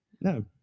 No